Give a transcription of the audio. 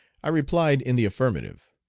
i replied in the affirmative.